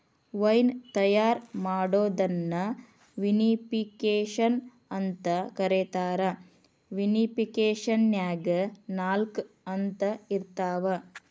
wine ತಯಾರ್ ಮಾಡೋದನ್ನ vinification ಅಂತ ಕರೇತಾರ, ವಿನಿಫಿಕೇಷನ್ನ್ಯಾಗ ನಾಲ್ಕ ಹಂತ ಇರ್ತಾವ